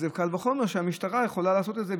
אז קל וחומר שהמשטרה יכולה לעשות את זה,